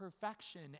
perfection